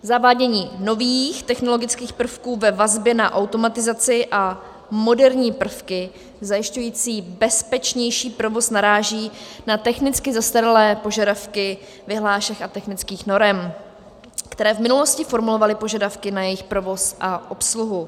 Zavádění nových technologických prvků ve vazbě na automatizaci a moderní prvky zajišťující bezpečnější provoz naráží na technicky zastaralé požadavky vyhlášek a technických norem, které v minulosti formulovaly požadavky na jejich provoz a obsluhu.